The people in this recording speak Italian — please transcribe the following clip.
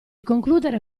concludere